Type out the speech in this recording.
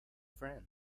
friend